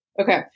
Okay